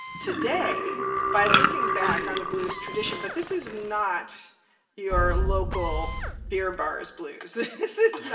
today by looking back on the blues tradition. but this is not your local beer bar's blues this is not